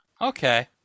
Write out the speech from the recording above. Okay